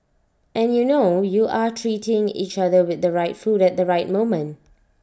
and you know you are treating each other with the right food at the right moment